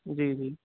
جی جی